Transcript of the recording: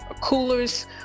coolers